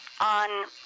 on